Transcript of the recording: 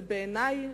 ובעיני,